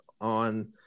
on